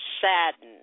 saddened